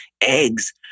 Eggs